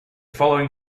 following